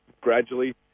gradually